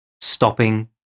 stopping